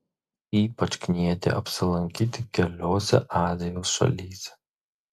ypač knieti apsilankyti keliose azijos šalyse